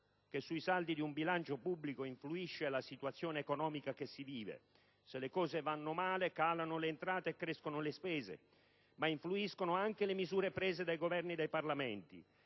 che sui saldi di un bilancio pubblico influisce la situazione economica che si vive (se le cose vanno male calano le entrate e crescono le spese), ma influiscono anche le misure assunte dai Governi e dai Parlamenti.